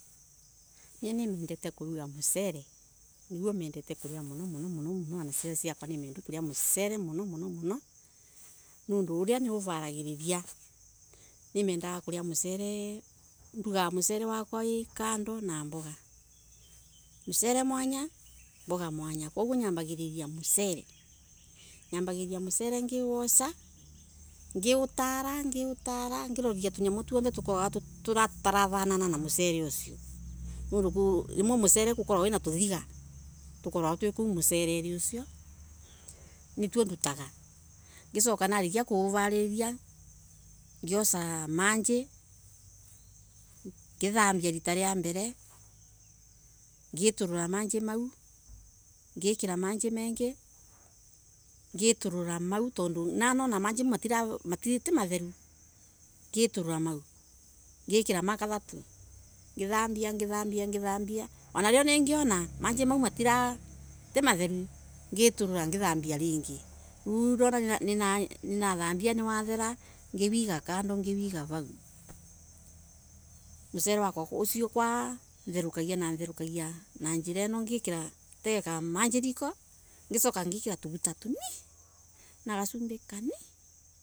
Nie nimendete kuruga mucele niguo mendete kuruga muno muno muno na ciana ciakwa ni mendu kuria mucele muno nondu uria niuvaragiria nimendaga kulia mucele ndugaga mucele wakwa wi kando na mboga mwanya mucele mwanya koguo nyambagia na mucele ngiutara ngiutara nondo rimwe mucele akarogwa wina tuthiga tukoragwa twi muceleli ucio. Nituo ndutaga ngicoka narikia kuvariria ngiosa maji ngithambia rita via mbele ngitula maji mau ngikera maji mengi tondu nanona maji ti matheru ngitilila mau ngikera makathatu ngithambia thambia wanalio ningiona maji mau ti matheru ngitulula ngithambia lingi riu nona ninathambia wathera ngwiga kando mucele wakwa kwa therokagia na gutega maji riko ngikira tumaguta tunini na gasube kanini.